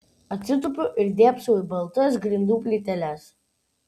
atsitupiu ir dėbsau į baltas grindų plyteles